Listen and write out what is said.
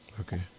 Okay